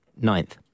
Ninth